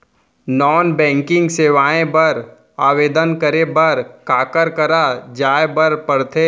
non banking सेवाएं बर आवेदन करे बर काखर करा जाए बर परथे